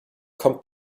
kommt